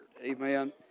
Amen